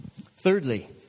Thirdly